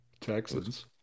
Texans